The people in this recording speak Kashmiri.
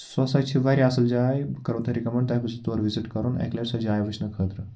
سُہ ہَسا چھِ واریاہ اصٕل جاے بہٕ کَرو تۄہہِ رِکمنٛڈ تۄہہِ پَزیو تور وِزِٹ کَرُن اَکہِ لَٹہِ سۄ جاے وٕچھنہٕ خٲطرٕ